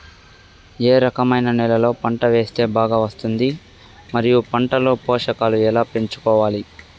ఏ రకమైన నేలలో పంట వేస్తే బాగా వస్తుంది? మరియు పంట లో పోషకాలు ఎలా పెంచుకోవాలి?